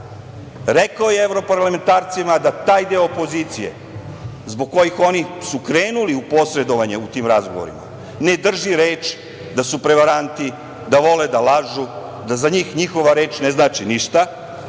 Rekao je evro parlamentarcima da taj deo opozicije zbog kojih su oni krenuli u posredovanje u tim razgovorima ne drži reč, da su prevaranti, da vole da lažu, da za njih njihova reč ne znači ništa